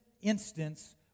instance